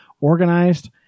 organized